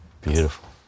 beautiful